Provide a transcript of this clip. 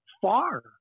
far